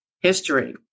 history